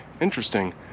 interesting